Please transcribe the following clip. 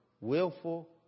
Willful